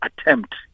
attempt